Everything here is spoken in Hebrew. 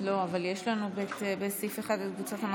אחר כך ישראל ביתנו ואחר כך קבוצת העבודה.